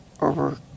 over